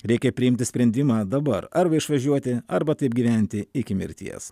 reikia priimti sprendimą dabar arba išvažiuoti arba taip gyventi iki mirties